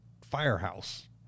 firehouse